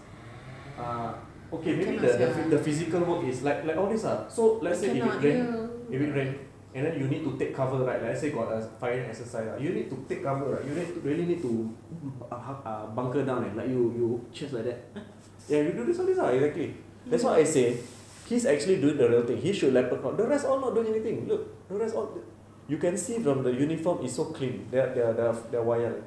ah okay maybe the physical work is like like all these are so let's say if it rain if it rain and then you need to take cover right let's say got err firing exercise right you need to take cover right you really need to bunker down eh like you you chest like that ya do this lah exactly that's why I say he's actually doing the real thing he should let the crowd the rest all not doing anything look the rest all you can see from the uniform is so clean that they the the they are wayang